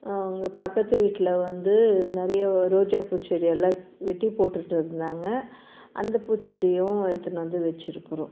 அங்கே பக்கத்து வீட்டில் வந்து நிறைய ரோஜாப்பூ செடி எல்லாம் வெட்டி போட்டுட்டு இருந்தாங்க அந்த பூச்செடியும் எடுத்துன்னு வந்து வைச்சிருக்குறோம்